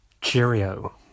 Cheerio